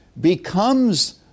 becomes